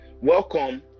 welcome